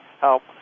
help